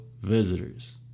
visitors